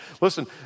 Listen